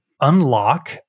unlock